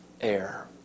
air